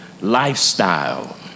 lifestyle